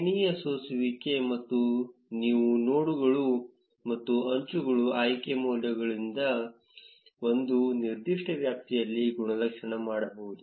ಶ್ರೇಣಿಯ ಸೋಸುವಿಕೆ ನೀವು ನೋಡ್ಗಳು ಮತ್ತು ಅಂಚುಗಳ ಆಯ್ಕೆ ಮೌಲ್ಯಗಳೊಂದಿಗೆ ಒಂದು ನಿರ್ದಿಷ್ಟ ವ್ಯಾಪ್ತಿಯಲ್ಲಿ ಗುಣಲಕ್ಷಣ ಮಾಡಬಹುದು